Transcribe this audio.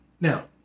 Now